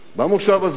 במושב הזה,